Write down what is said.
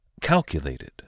calculated